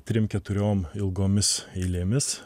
trim keturiom ilgomis eilėmis